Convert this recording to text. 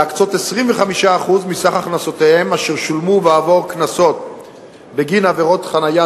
להקצות 25% מסך הכנסותיהן אשר שולמו בעבור קנסות בגין עבירות חנייה